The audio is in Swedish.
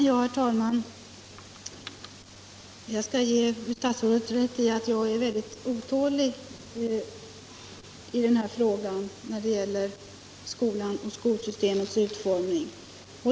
Herr talman! Jag skall ge fru statsrådet rätt i att jag är mycket otålig när det gäller skolans och skolsystemets utformning.